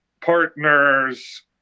partners